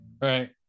right